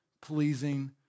pleasing